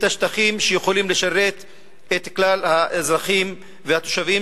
השטחים שיכולים לשרת את כלל האזרחים והתושבים,